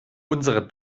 unsere